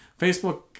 Facebook